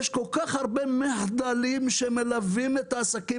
יש כל-כך הרבה מחדלים שמלווים את העסקים